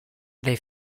they